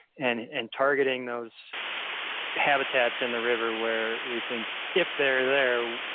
and and targeting those habitats in the river where we think, if they're there,